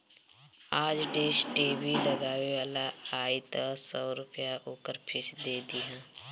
आज dish TV लगावे वाला आई तअ सौ रूपया ओकर फ़ीस दे दिहा